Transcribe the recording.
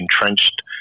entrenched